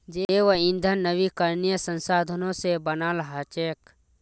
जैव ईंधन नवीकरणीय संसाधनों से बनाल हचेक